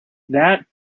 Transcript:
that